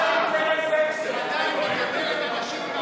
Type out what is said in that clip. סבלנות, יש תקלה במוניטור.